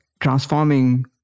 transforming